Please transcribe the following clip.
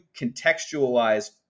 contextualize